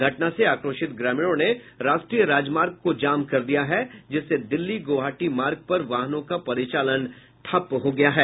घटना से आक्रोशित ग्रामीणों ने राष्ट्रीय राजमार्ग को जाम कर दिया है जिससे दिल्ली गौहाटी मार्ग पर वाहनों का परिचालन ठप्प हो गया है